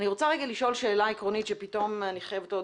ולשאול שאלה עקרונית, שפתאום, אני חייבת להודות,